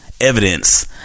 evidence